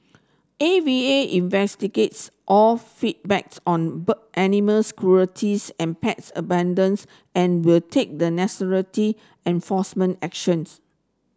A V A investigates all feedbacks on animals cruelties and pets abandons and will take the enforcement actions